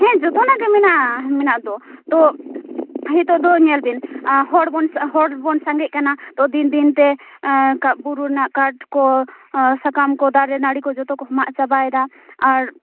ᱦᱮᱸ ᱡᱚᱛᱚᱱᱟᱜ ᱜᱮ ᱢᱮᱱᱟᱜᱼᱟ ᱢᱮᱱᱟᱜ ᱫᱚ ᱛᱚ ᱱᱤᱛᱳᱜ ᱫᱚ ᱧᱮᱞ ᱵᱮᱱ ᱦᱚᱲ ᱵᱚᱱ ᱦᱚᱲ ᱵᱚᱱ ᱥᱟᱸᱜᱮᱜ ᱠᱟᱱᱟ ᱛᱳ ᱫᱤᱱ ᱫᱤᱱᱛᱮ ᱵᱩᱨᱩ ᱨᱮᱱᱟᱜ ᱠᱟᱴ ᱠᱚ ᱥᱟᱠᱟᱢ ᱠᱚ ᱫᱟᱨᱮ ᱱᱟᱹᱲᱤ ᱠᱚ ᱡᱚᱛᱚ ᱠᱚ ᱢᱟᱜ ᱪᱟᱵᱟᱭᱮᱫᱟ ᱟᱨ